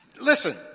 listen